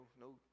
no